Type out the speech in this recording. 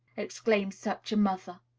exclaims such a mother.